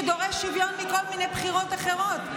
שדורש שוויון מכל מיני בחינות אחרות,